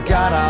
God